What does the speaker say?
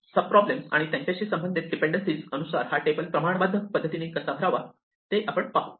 सब problems आणि त्यांच्याशी संबंधित डिपेंडेन्सिज अनुसार हा टेबल प्रमाणबद्ध पद्धतीने कसा भरावा ते आपण पाहू